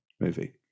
movie